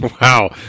Wow